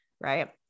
right